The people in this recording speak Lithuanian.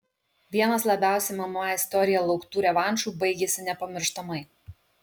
vienas labiausiai mma istorijoje lauktų revanšų baigėsi nepamirštamai